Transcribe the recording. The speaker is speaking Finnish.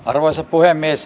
arvoisa puhemies